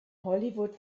hollywood